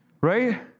Right